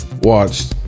watched